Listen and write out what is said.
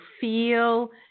Feel